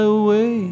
away